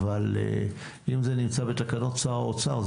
אבל אם זה בתקנות שר האוצר,